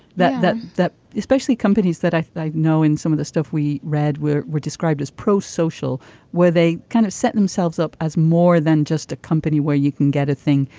that that that especially companies that i know in some of the stuff we read were were described as pro social where they kind of set themselves up as more than just a company where you can get a thing.